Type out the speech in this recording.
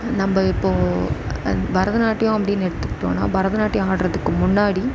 நம்ம இப்போ பரதநாட்டியம் அப்படினு எடுத்துக்கிட்டோனா பரதநாட்டியம் ஆடுறதுக்கு முன்னாடி